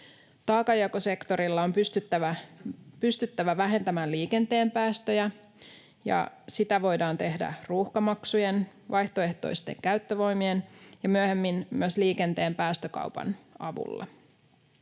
Taakanjakosektorilla on pystyttävä vähentämään liikenteen päästöjä, ja sitä voidaan tehdä ruuhkamaksujen, vaihtoehtoisten käyttövoimien ja myöhemmin myös liikenteen päästökaupan avulla.